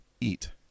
eat